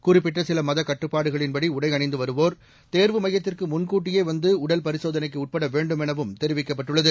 குறிப்பிட்ட சில மதக் கட்டுப்பாடுகளின்படி உடை அணிந்து வருவோர் தேர்வு மையத்திற்கு முன்கூட்டியே வந்து உடல் பரிசோதனைக்கு உட்பட வேண்டும் எனவும் தெரிவிக்கப்பட்டுள்ளது